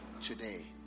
Today